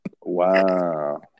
Wow